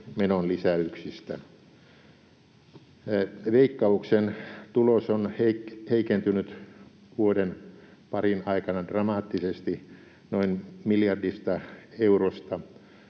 menonlisäyksistä. Veikkauksen tulos on heikentynyt vuoden parin aikana dramaattisesti noin miljardista eurosta